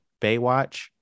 Baywatch